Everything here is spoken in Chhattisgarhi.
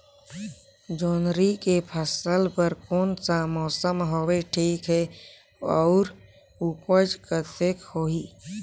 जोंदरी के फसल बर कोन सा मौसम हवे ठीक हे अउर ऊपज कतेक होही?